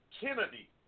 Kennedy